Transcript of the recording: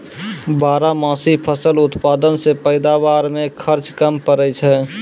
बारहमासी फसल उत्पादन से पैदावार मे खर्च कम पड़ै छै